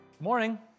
morning